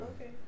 Okay